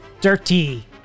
Dirty